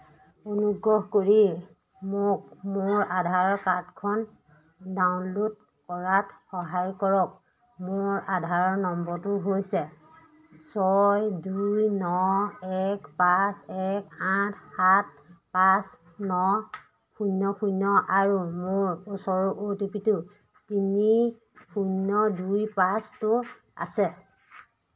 অনুগ্ৰহ কৰি মোক মোৰ আধাৰ কাৰ্ডখন ডাউনল'ড কৰাত সহায় কৰক মোৰ আধাৰ নম্বৰটো হৈছে ছয় দুই ন এক পাঁচ এক আঠ সাত পাঁচ ন শূন্য শূন্য আৰু মোৰ ওচৰত অ' টি পিটো তিনি শূন্য দুই পাঁচটো আছে